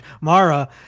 Mara